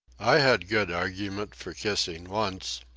i had good argument for kissing once.